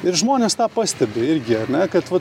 ir žmonės tą pastebi irgi ar ne kad vat